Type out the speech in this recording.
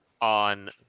on